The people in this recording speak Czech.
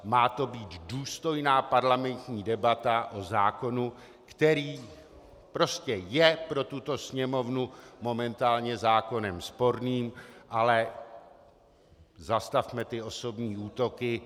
Má to být důstojná parlamentní debata o zákonu, který prostě je pro tuto Sněmovnu momentálně zákonem sporným, ale zastavme osobní útoky.